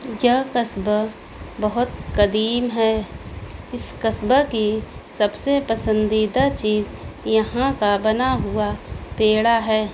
یہ قصبہ بہت قدیم ہے اس قصبہ کی سب سے پسندیدہ چیز یہاں کا بنا ہوا پیڑا ہے